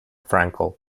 frankel